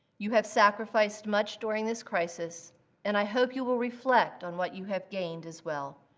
you have sacrificed much during this crisis and i hope you will reflect on what you have gained as well.